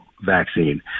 vaccine